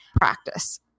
practice